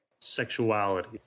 sexuality